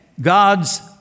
God's